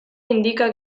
indica